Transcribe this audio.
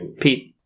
Pete